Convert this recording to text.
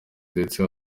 ndetse